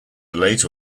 late